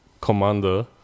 commander